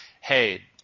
hey